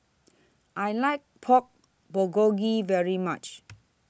I like Pork Bulgogi very much